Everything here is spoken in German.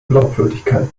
glaubwürdigkeit